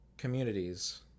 communities